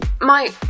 My-